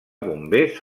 bombers